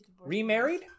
remarried